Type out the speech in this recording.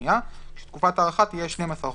הפקיעה תנאי להארכה תקופת ההארכה (1)